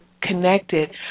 connected